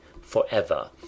forever